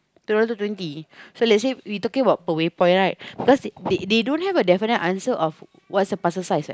two hundred twenty so let's say we talking about per waypoint right because they don't have a definite answer what's the parcel size what